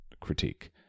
critique